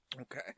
Okay